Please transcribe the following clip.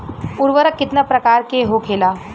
उर्वरक कितना प्रकार के होखेला?